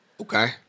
Okay